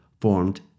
formed